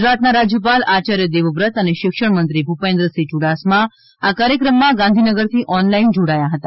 ગુજરાતના રાજયપાલ આચાર્ય દેવવ્રત અને શિક્ષણમંત્રી ભૂપેન્દ્રસિંહ યુડાસમા આ કાર્યક્રમમાં ગાંધીનગરથી ઓનલાઈન જોડાયા હતા